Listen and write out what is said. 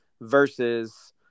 versus